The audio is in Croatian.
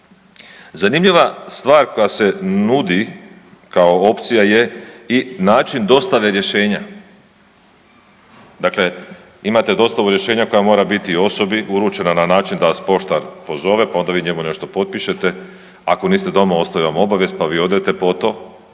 Zanimljiva stvar koja se nudi kao opcija je i način dostave rješenja, dakle imate dostavu rješenja koja mora biti osobi uručena na način da vas poštar pozove, pa onda vi njemu nešto potpišete, ako niste doma ostavi vam obavijest, pa vi odete po to,